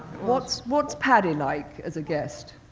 what's what's paddy like as a guest?